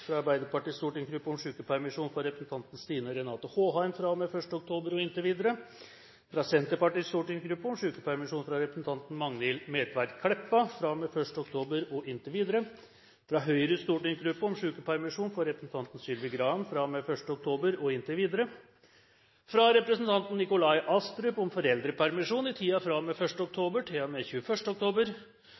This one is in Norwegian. fra Arbeiderpartiets stortingsgruppe om sykepermisjon for representanten Stine Renate Håheim fra og med 1. oktober og inntil videre – fra Senterpartiets stortingsgruppe om sykepermisjon for representanten Magnhild Meltveit Kleppa fra og med 1. oktober og inntil videre – fra Høyres stortingsgruppe om sykepermisjon for representanten Sylvi Graham fra og med 1. oktober og inntil videre – fra representanten Nikolai Astrup om foreldrepermisjon i